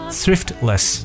thriftless